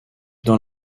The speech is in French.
dans